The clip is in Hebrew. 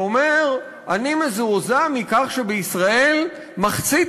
שאמר: אני מזועזע מכך שבישראל מחצית